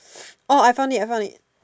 orh I found it I found it